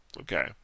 Okay